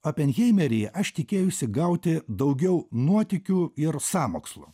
openheimerį aš tikėjausi gauti daugiau nuotykių ir sąmokslo